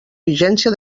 vigència